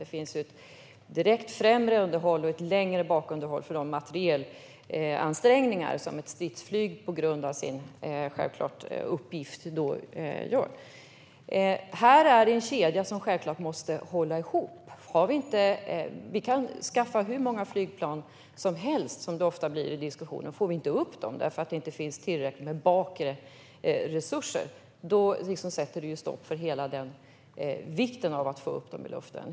Det finns ett direkt främre underhåll och ett längre bakunderhåll för de materielansträngningar som ett stridsflyg på grund av sin uppgift har. Det är en kedja som självklart måste hålla ihop. Vi kan skaffa hur många flygplan som helst, vilket ofta tas upp i diskussioner, men om vi inte får upp dem i luften för att det inte finns tillräckligt med bakre resurser sätter det stopp för vikten av att få upp dem i luften.